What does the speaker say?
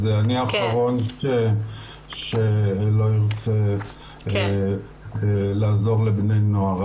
אני האחרון שלא ירצה לעזור לבני נוער.